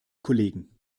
kollegen